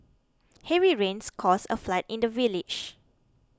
heavy rains caused a flood in the village